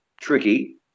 tricky